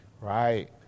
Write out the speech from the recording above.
Right